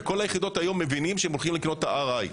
ובכל היחידות מבינים שהם הולכים לקנות את ה-RI,